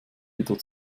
wieder